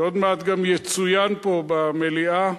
שעוד מעט גם יצוין פה, במליאה.